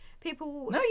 People